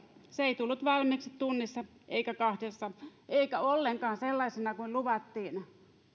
se ei tullut valmiiksi tunnissa eikä kahdessa eikä ollenkaan sellaisena kuin luvattiin